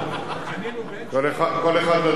אני, כל אחד וז'בוטינסקי שלו.